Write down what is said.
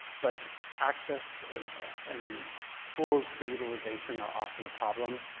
but access and tools for utilization are often a problem.